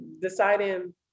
deciding